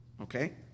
Okay